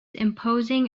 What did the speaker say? imposing